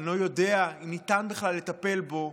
אני לא יודע אם ניתן בכלל לטפל בו,